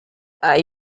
are